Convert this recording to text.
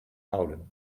houden